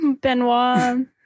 Benoit